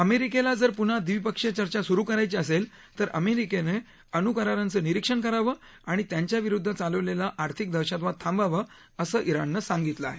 अमेरिकेला जर प्न्हा द्विपक्षीय चर्चा स्रु करायची असेल तर अमेरिकेने अण्करारांच निरिक्षण करावं आणि त्यांच्या विरुद्ध चालवलेला आर्थिक दहशतवाद थांबवावा असं इराणनं सांगितलं आहे